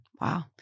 Wow